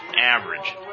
average